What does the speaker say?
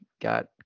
got